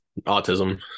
autism